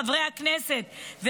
חברי הכנסת.